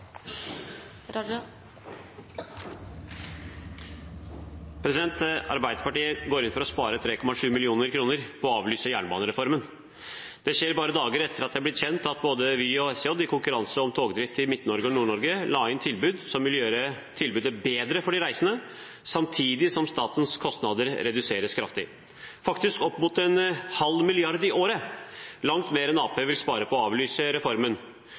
blitt kjent at både Vy og SJ i konkurranse om togdrift i Midt-Norge og Nord-Norge la inn anbud som vil gjøre tilbudet bedre for de reisende, samtidig som statens kostnader reduseres kraftig – faktisk opp mot 0,5 mrd. kr i året, langt mer enn Arbeiderpartiet vil spare på å avlyse reformen.